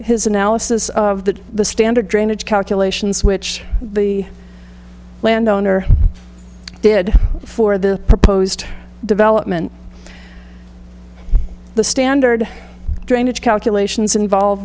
his analysis of the the standard drainage calculations which the landowner did for the proposed development the standard drainage calculations involve